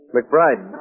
McBride